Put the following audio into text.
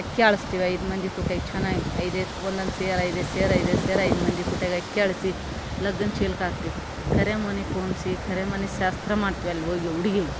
ಅಕ್ಯಾಳಿಸ್ತೀವ ಐದು ಮಂದಿ ಕೂಡೆ ಚೆನ್ನಾಗಿ ಐದೈದು ಸೇ ಒನ್ನೊಂದು ಸೇರು ಐದೈದು ಸೇರು ಐದೈದು ಸೇರು ಐದು ಮಂದಿ ಕುಟ್ಯಗ ಅಕ್ಯಾಳ್ಸಿ ಲಗ್ನ ಚಿಲಕ್ಕೆ ಹಾಕ್ತೀವಿ ಕರೆಮೊಣಿ ಪೋಣ್ಸಿ ಕರೆಮಣಿ ಶಾಸ್ತ್ರ ಮಾಡ್ತೀವಿ ಅಲ್ಲೋಗಿ ಹುಡುಗೀಗ್